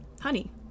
Honey